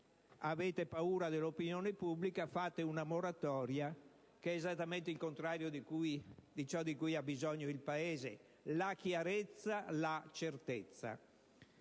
avete paura dell'opinione pubblica e proponete una moratoria, che è esattamente il contrario di ciò di cui ha bisogno il Paese, cioè chiarezza e certezza.